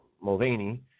Mulvaney